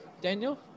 Daniel